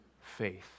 faith